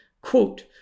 Quote